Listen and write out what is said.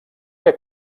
que